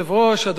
אדוני השר,